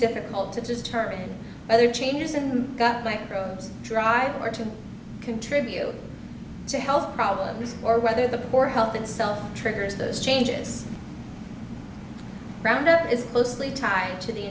difficult to determine whether changes in the gut microbes drive or to contribute to health problems or whether the poor help itself triggers those changes around or is closely tied to the